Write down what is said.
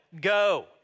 go